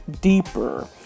deeper